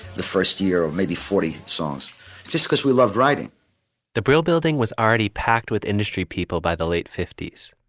the first year of maybe forty songs just because we loved writing the brill building was already packed with industry people. by the late fifty s,